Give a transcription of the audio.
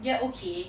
they're okay